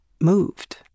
moved